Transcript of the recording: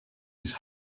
his